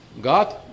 God